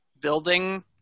building